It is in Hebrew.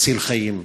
מציל חיים: